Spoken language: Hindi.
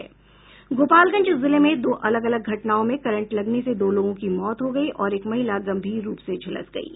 गोपालगंज जिले में दो अलग अलग घटनाओं में करंट लगने से दो लोगों की मौत हो गयी और एक महिला गंभीर रूप से झुलस गयी